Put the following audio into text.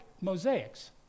mosaics